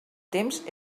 temps